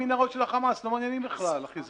המנהרות של החיזבאללה לא מעניינים בכלל.